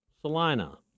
Salina